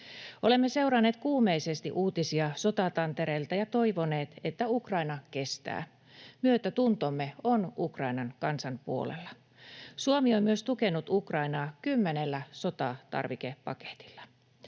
Olemme seuranneet kuumeisesti uutisia sotatantereilta ja toivoneet, että Ukraina kestää. Myötätuntomme on Ukrainan kansan puolella. Suomi on myös tukenut Ukrainaa kymmenellä sotatarvikepaketilla.